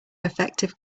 effective